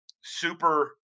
super